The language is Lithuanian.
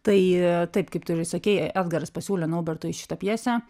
tai taip kaip tu ir sakei edgaras pasiūlė naubertui šitą pjesę